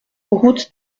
route